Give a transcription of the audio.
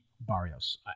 Barrios